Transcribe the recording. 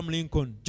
Lincoln